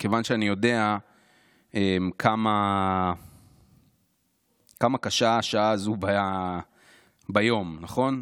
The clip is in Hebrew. מכיוון שאני יודע כמה קשה השעה הזו ביום, נכון,